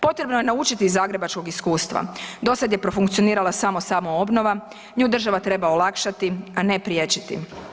Potrebno je naučiti iz zagrebačkog iskustva, do sada je profunkcionirala samo samoobnova, nju država treba olakšati, a ne priječiti.